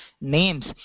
names